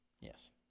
Yes